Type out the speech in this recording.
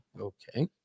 Okay